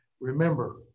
Remember